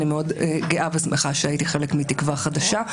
אני מאוד גאה ושמחה שהייתי חלק מתקווה חדשה.